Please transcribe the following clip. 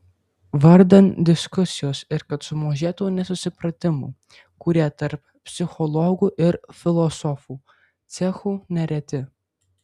vardan diskusijos ir kad sumažėtų nesusipratimų kurie tarp psichologų ir filosofų cechų nereti